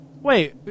Wait